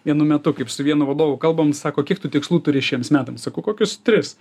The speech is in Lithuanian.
vienu metu kaip su vienu vadovu kalbam sako kiek tu tikslų turi šiems metams sakau kokius tris